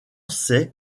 ses